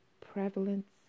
prevalence